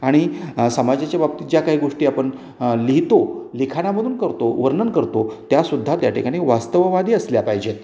आणि समाजाच्या बाबतीत ज्या काही गोष्टी आपण लिहतो लिखाणामधून करतो वर्णन करतो त्यासुद्धा त्या ठिकाणी वास्तववादी असल्या पाहिजेत